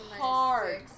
hard